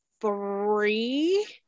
three